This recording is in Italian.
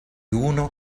uno